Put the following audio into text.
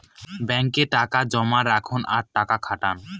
ব্যাঙ্কে টাকা জমা রাখুন আর টাকা খাটান